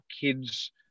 kids